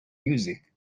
music